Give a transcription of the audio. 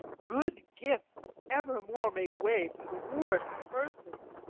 good gifts evermore make way for the worst persons.